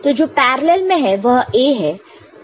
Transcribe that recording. तो जो पैरलल में है वह A है